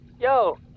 Yo